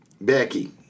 Becky